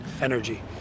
energy